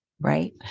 Right